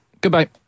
goodbye